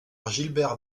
gilbert